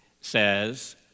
says